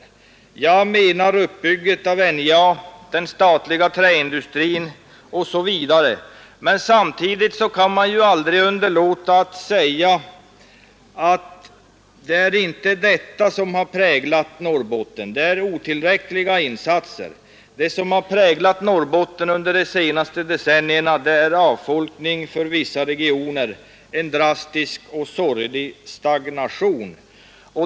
Jag menar uppbyggandet av NJA, av den statliga träindustrin osv. Men samtidigt kan man inte underlåta att konstatera att det inte är detta som har präglat utvecklingen i Norrbotten — de insatserna är otillräckliga. Vad som har präglat utvecklingen i Norrbotten under de senaste decennierna är avfolkning och för vissa regioner en drastisk och sorglig stagnation.